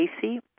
Casey